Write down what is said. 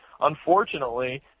unfortunately